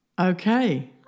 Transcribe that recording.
Okay